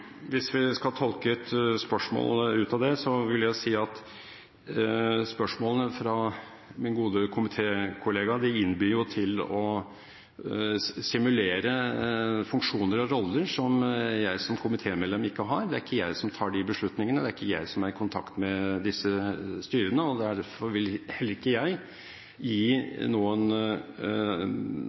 Hvis vi skal tolke et spørsmål ut av det, vil jeg si at spørsmålene fra min gode komitékollega innbyr til å simulere funksjoner og roller som jeg som komitémedlem ikke har. Det er ikke jeg som tar de beslutningene, det er ikke jeg som er i kontakt med disse styrene, og derfor vil heller ikke jeg gi noen